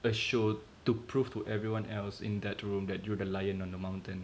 a show to prove to everyone else in that room that you're the lion on the mountain